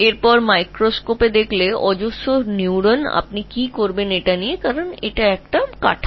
তারপরে তুমি মাইক্রোস্কোপিতে যাও বিপুল সংখ্যক নিউরন দেখতে পাবে এটি একটি কাঠামো